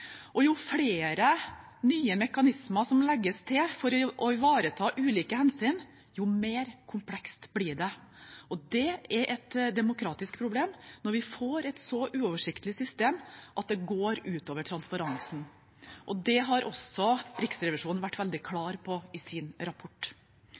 og jo flere nye mekanismer som legges til for å ivareta ulike hensyn, jo mer komplekst blir det. Det er et demokratisk problem når vi får et så uoversiktlig system at det går ut over transparensen. Det har også Riksrevisjonen vært veldig